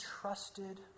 trusted